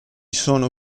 sono